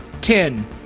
Ten